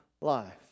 life